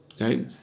Okay